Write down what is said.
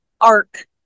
arc